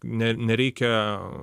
ne nereikia